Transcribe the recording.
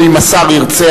או אם השר ירצה,